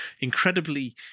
incredibly